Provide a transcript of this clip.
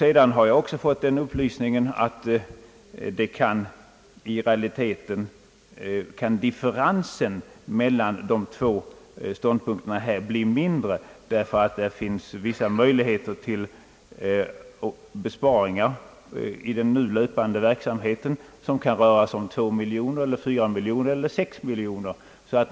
Sedan har jag även fått den upplysningen att differensen mellan de två ståndpunkterna i realiteten kan bli mindre, ty det finns i den nu löpande verksamheten vissa möjligheter till besparingar som kan röra sig om 2 miljoner, 4 miljoner eller 6 milloner kronor.